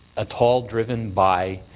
at all driven by